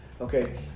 Okay